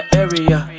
area